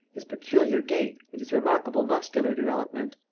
his peculiar gait and his remarkable muscular development.